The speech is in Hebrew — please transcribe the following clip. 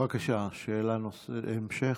בבקשה, שאלת המשך.